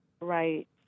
right